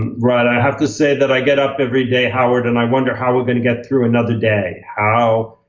um right? i have to say that i get up every day, howard, and i wonder how we're going to get through another day. how,